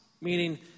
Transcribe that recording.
meaning